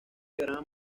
diagrama